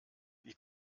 wie